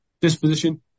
disposition